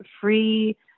free